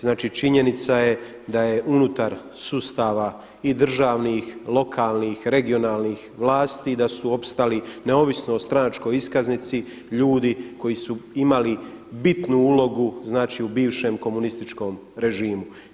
Znači činjenica je da je unutar sustava i državnih, lokalnih, regionalnih vlasti da su opstali neovisno o stranačkoj iskaznici ljudi koji su imali bitnu ulogu znači u bivšem komunističkom režimu.